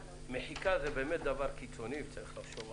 מחיקה זה באמת דבר קיצוני וצריך לחשוב עליו.